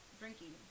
drinking